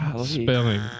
Spelling